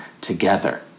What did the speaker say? together